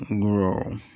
grow